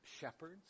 Shepherds